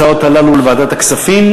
משנים רבות של עבודה משותפת,